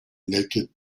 naked